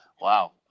Wow